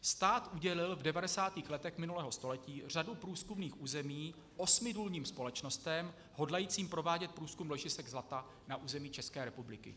Stát udělil v 90. letech minulého století řadu průzkumných území osmi důlním společnostem hodlajícím provádět průzkum ložisek zlata na území České republiky.